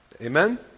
Amen